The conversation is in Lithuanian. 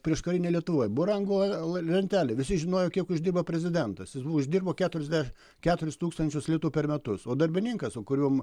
prieškarinėj lietuvoje buvo rango lentelė visi žinojo kiek uždirba prezidentas jis uždirbo keturiasdešimt keturis tūkstančius litų per metus o darbininkas o kuriom